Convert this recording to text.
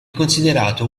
considerato